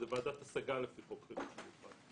זו ועדת השגה לפי חוק חינוך מיוחד.